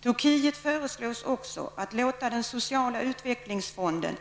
Turkiet föreslås också låta den sociala utvecklingsfonden